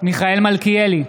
מיכאל מלכיאלי,